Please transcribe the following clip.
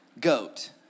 GOAT